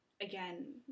again